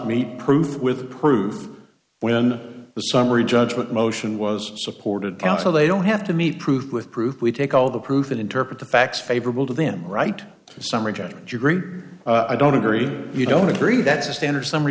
meet proof with proof when the summary judgment motion was supported counsel they don't have to meet proof with proof we take all the proof and interpret the facts favorable to them write a summary judgment you agree i don't agree you don't agree that's a standard summ